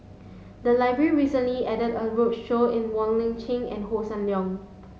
the library recently added a roadshow in Wong Lip Chin and Hossan Leong